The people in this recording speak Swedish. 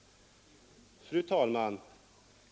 Fru talman!